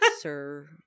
sir